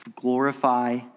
glorify